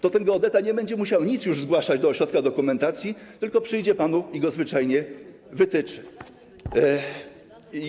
to ten geodeta nie będzie musiał nic już zgłaszać do ośrodka dokumentacji, tylko przyjdzie do pana i go zwyczajnie panu wytyczy.